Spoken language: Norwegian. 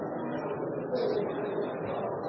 Jeg